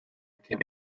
became